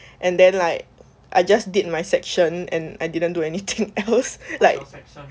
and then like I just did my section and I didn't do anything else like